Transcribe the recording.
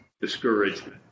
discouragement